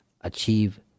achieve